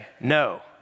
no